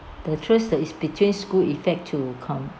the truth uh is the between school effect to come